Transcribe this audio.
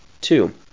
Two